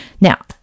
Now